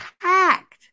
packed